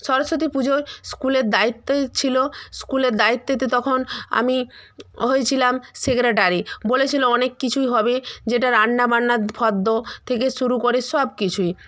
সরস্বতী পুজোয় স্কুলের দায়িত্বয় ছিলো স্কুলের দায়িত্বেতে তখন আমি হয়েছিলাম সেক্রেটারি বলেছিলো অনেক কিছুই হবে যেটা রান্না বান্না ফর্দ থেকে শুরু করে সব কিছুই